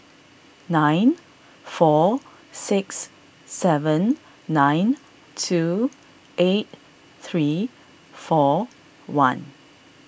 nine four six seven nine two eight three four one